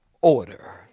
order